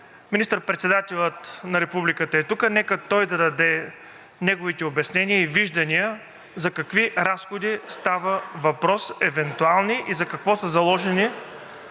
министър председателят на Републиката е тук, нека той да даде неговите обяснения и виждания за какви разходи става въпрос, евентуални, и за какво са заложени